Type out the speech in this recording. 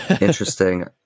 Interesting